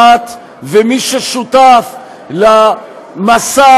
אי-אפשר לצפות ממנו לשום